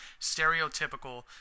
stereotypical